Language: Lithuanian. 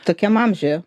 tokiam amžiuje